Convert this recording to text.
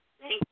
Thank